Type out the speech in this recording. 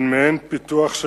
אני מזמין את סגן שר הביטחון,